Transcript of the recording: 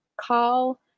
Call